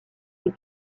des